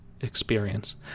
experience